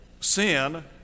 Sin